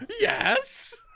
Yes